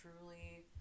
truly